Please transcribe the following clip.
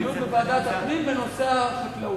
דיון בוועדת הפנים בנושא החקלאות.